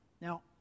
Now